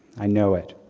i know it.